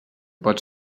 pot